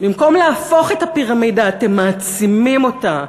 במקום להפוך את הפירמידה אתם מעצימים אותה.